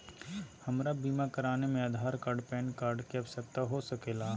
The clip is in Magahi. हमरा बीमा कराने में आधार कार्ड पैन कार्ड की आवश्यकता हो सके ला?